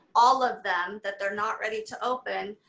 all of them that they're not ready to open,